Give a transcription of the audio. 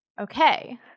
Okay